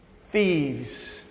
Thieves